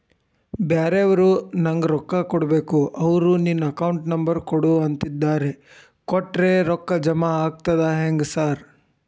ಬ್ಯಾರೆವರು ನಂಗ್ ರೊಕ್ಕಾ ಕೊಡ್ಬೇಕು ಅವ್ರು ನಿನ್ ಅಕೌಂಟ್ ನಂಬರ್ ಕೊಡು ಅಂತಿದ್ದಾರ ಕೊಟ್ರೆ ರೊಕ್ಕ ಜಮಾ ಆಗ್ತದಾ ಹೆಂಗ್ ಸಾರ್?